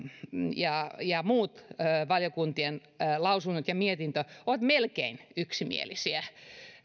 ja ja muut valiokuntien lausunnot ja mietintö olivat melkein yksimielisiä